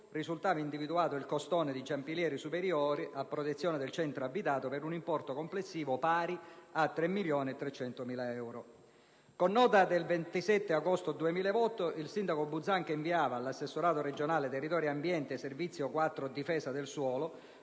risultava individuato il costone di Giampilieri Superiore, a protezione del centro abitato, per un importo complessivo pari a 3,3 milioni di euro. Con nota del 27 agosto 2008, il sindaco Buzzanca inviava all'Assessorato regionale territorio e ambiente, servizio IV difesa del suolo,